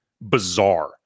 bizarre